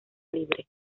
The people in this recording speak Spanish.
libre